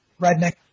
Redneck